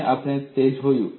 અને આપણે તે જોઈશું